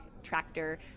tractor